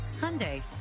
Hyundai